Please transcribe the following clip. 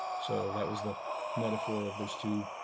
so that was the metaphor of those two